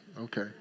Okay